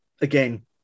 again